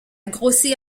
grossi